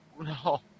no